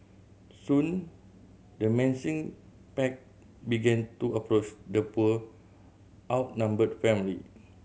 soon the menacing pack began to approach the poor outnumbered family